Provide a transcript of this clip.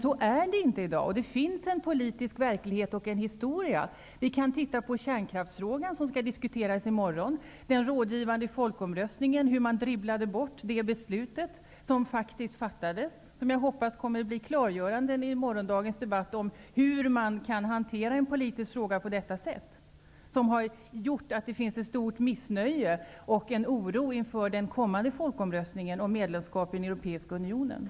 Så är det emellertid inte i dag. Det finns en politisk verklighet och en historia. Vi kan ta kärnkraftsfrågan, vilken vi skall diskutera i morgon som exempel på hur man ''dribblade bort'' beslutet som faktiskt fattades efter den rådgivande folkomröstningen. Jag hoppas det blir klarlagt i morgondagens debatt hur det kan komma sig att man kan hantera en politisk fråga på detta sätt, vilket har bidragit till att ett stort missnöje och oro inför den kommande folkomröstningen om medlemskap i den europeiska unionen finns.